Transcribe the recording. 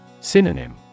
Synonym